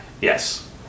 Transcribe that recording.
Yes